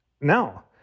now